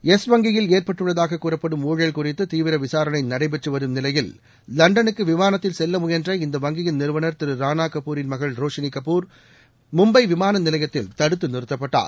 yes வங்கியில் ஏற்பட்டுள்ளதாக கூறப்படும் ஊழல் குறித்து தீவிர விசாரணை நடைபெற்று வரும் நிலையில் லண்டனுக்கு விமானத்தில் செல்ல முயன்ற இந்த வங்கியின் நிறுவனர் திரு ரானா கபூரின் மகள் ரோஷினி கபூர் மும்பை விமான நிலையத்தில் தடுத்து நிறுத்தப்பட்டார்